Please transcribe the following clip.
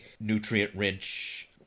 nutrient-rich